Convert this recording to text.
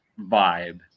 vibe